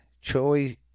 choice